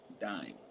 dying